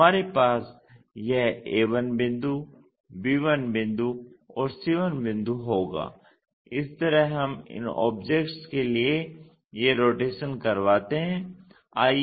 तो हमारे पास यह a1 बिंदु b1 बिंदु और c1 बिंदु होगा इस तरह हम इन ऑब्जेक्ट्स के लिए ये रोटेशन करवाते हैं